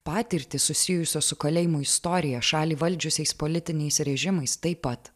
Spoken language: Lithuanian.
patirtys susijusios su kalėjimų istorija šalį valdžiusiais politiniais režimais taip pat